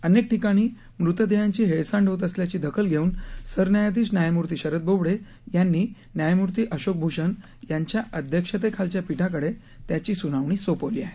अनेक ठिकाणी मृतदेहांची हेळसांड होत असल्याची दखल घेऊन सरन्यायाधीश न्यायमूर्ती शरद बोबडे यांनी न्यायमूर्ती अशोक भूषण यांच्या अध्यक्षतेखालच्या पीठाकडे त्याची सुनावणी सोपवली आहे